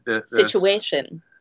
situation